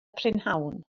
prynhawn